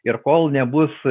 ir kol nebus